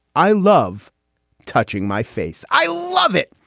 i love touching my face. i love it.